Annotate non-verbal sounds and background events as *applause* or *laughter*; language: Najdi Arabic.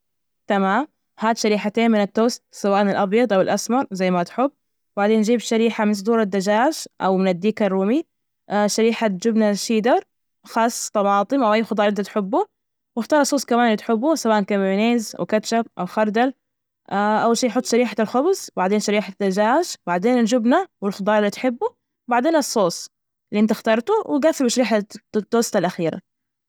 تمام، هات شريحتين من التوست، سواء الأبيض أو الأسمر زي ما تحب، وبعدين جيب شريحة من صدور الدجاج أو من الديك الرومي *hesitation* شريحة من الجبنة الشيدر خاص طماطم أو أي خضار، وإختار الصوص كمان ال تحبه سواءا كمايونيز أوكاتشب أو خردل *hesitation* أول شي حط شريحة الخبز وبعدين شريحة الدجاج وبعدين الجبنة والخضار اللي تحبه، وبعدين الصوص اللي أنت اخترته وجفلوا بشريحة التوست الأخيرة.